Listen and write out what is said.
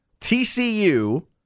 TCU